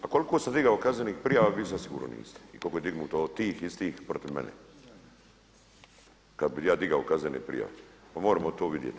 A koliko sam digao kaznenih prijava vi zasigurno niste i koliko je dignuto od tih istih protiv mene, kada bi ja digao kaznene prijave, pa moremo to vidjeti.